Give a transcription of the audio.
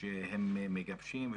שהם מגבשים.